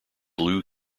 blue